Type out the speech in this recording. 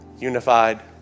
unified